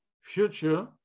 future